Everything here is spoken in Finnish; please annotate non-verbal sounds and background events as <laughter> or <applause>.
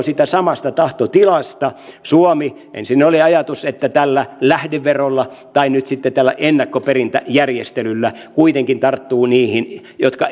<unintelligible> siitä samasta tahtotilasta suomi ensin oli ajatus että tällä lähdeverolla tai nyt sitten tällä ennakkoperintäjärjestelyllä kuitenkin tarttuu niihin jotka <unintelligible>